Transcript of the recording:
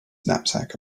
knapsack